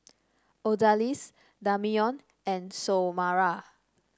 Odalys Damion and Xiomara